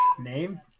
name